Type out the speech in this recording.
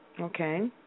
Okay